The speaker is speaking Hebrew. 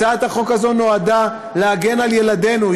הצעת החוק הזאת נועדה להגן על ילדינו,